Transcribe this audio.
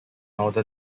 order